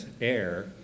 air